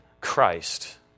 Christ